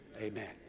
Amen